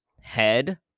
Head